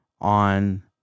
on